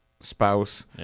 spouse